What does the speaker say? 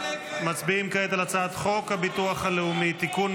מצביעים כעת על הצעת חוק הביטוח הלאומי (תיקון,